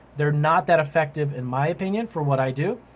they're not that effective in my opinion for what i do.